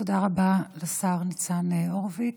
תודה רבה לשר ניצן הורוביץ.